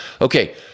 Okay